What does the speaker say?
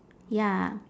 ya